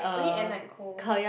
only at night cold